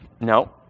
No